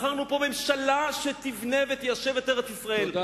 בחרנו פה ממשלה שתבנה ותיישב את ארץ-ישראל.